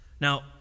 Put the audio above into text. Now